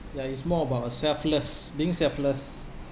ya it's more about uh selfless being selfless